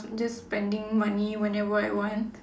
just spending money whenever I want